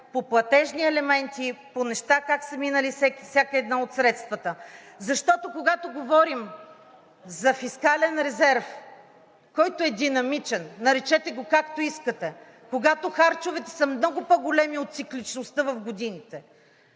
по платежни елементи, по неща как са минали всяко едно от средствата. Защото, когато говорим за фискален резерв, който е динамичен – наречете го, както искате, когато харчовете са много по-големи от цикличността в годините,